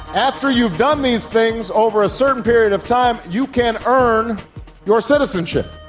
after you've done these things over a certain period of time, you can earn your citizenship.